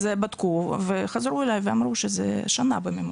אז בדקו וחזרו אליי ואמרו שזה שנה בממוצע,